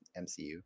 MCU